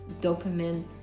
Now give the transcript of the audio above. dopamine